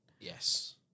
Yes